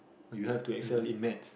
or you have excel in maths